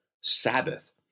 Sabbath